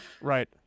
Right